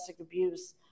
abuse